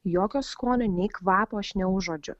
jokio skonio nei kvapo aš neužuodžiu